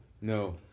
No